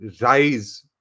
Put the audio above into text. rise